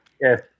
yes